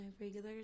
regulars